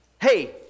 hey